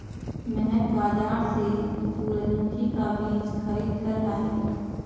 महक बाजार से सूरजमुखी का बीज खरीद कर लाई